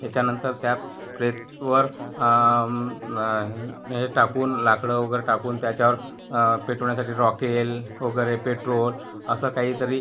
याच्यानंतर त्या प्रेतावर हे टाकून लाकडं वगैरे टाकून त्याच्यावर पेटवण्यासाठी रॉकेल वगैरे पेट्रोल असं काहीतरी